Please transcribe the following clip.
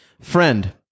Friend